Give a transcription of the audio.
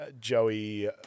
Joey